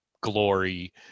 Glory